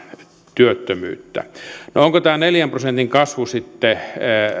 työttömyyttä no onko tämä neljän prosentin kasvu sitten